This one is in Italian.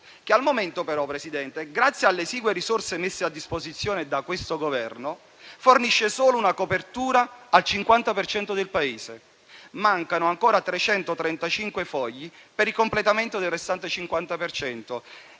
che al momento, però - Presidente - grazie alle esigue risorse messe a disposizione da questo Governo, fornisce solo una copertura al 50 per cento del Paese. Mancano ancora 335 fogli per il completamento del restante 50